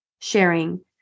sharing